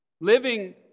living